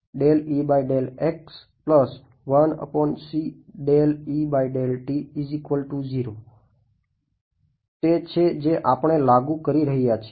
તે છે જે આપણે લાગુ કરી રહ્યા છીએ